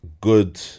good